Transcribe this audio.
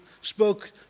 spoke